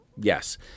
yes